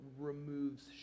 removes